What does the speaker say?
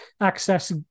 access